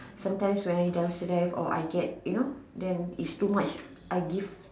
sometimes when I dumpster dive or I get you know then its to much I give